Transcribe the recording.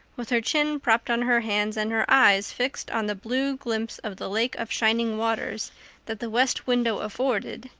with her chin propped on her hands and her eyes fixed on the blue glimpse of the lake of shining waters that the west window afforded,